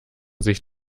sich